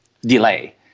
delay